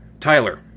Tyler